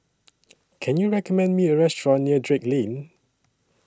Can YOU recommend Me A Restaurant near Drake Lane